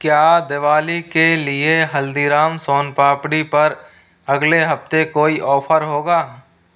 क्या दिवाली के लिए हल्दीराम सोनपापड़ी पर अगले हफ़्ते कोई ऑफ़र होगा